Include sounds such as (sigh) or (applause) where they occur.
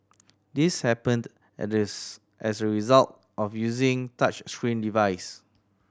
this happened and (unintelligible) as a result of using touchscreen device